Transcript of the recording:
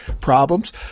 problems